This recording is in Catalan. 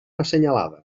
assenyalada